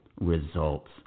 results